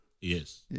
Yes